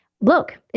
Look